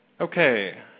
Okay